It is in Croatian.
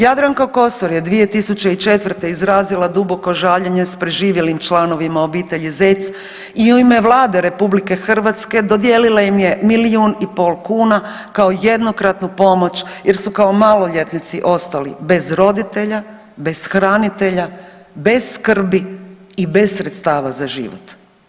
Jadranka Kosor je 2004. izrazila duboko žaljenje s preživjelim članovima obitelji Zec i u ime Vlade RH dodijelila im je milijun i pol kuna kao jednokratnu pomoć jer su kao maloljetnici ostali bez roditelja, bez hranitelja, bez skrbi i bez sredstava za život.